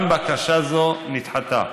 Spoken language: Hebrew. גם בקשה זו נדחתה,